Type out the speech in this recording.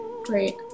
great